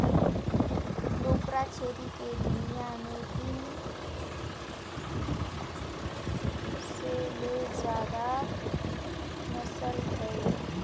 बोकरा छेरी के दुनियां में तीन सौ ले जादा नसल हे